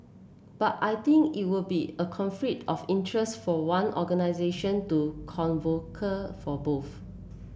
but I think it would be a conflict of interest for one organisation to for both